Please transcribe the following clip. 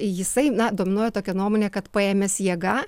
jisai na dominuoja tokia nuomonė kad paėmęs jėga